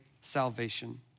salvation